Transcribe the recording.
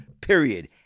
period